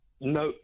no